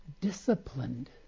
disciplined